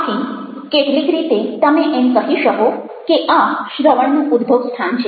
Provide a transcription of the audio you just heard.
આથી કેટલીક રીતે તમે એમ કહી શકો કે આ શ્રવણનું ઉદ્ભવસ્થાન છે